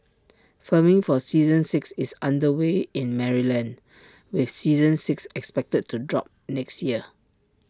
filming for season six is under way in Maryland with seasons six expected to drop next year